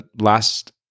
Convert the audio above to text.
last